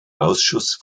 ausschuss